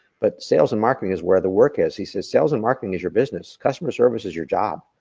but sales and marketing is where the work is. he says, sales and marketing is your business. customer service is your job.